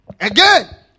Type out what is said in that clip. Again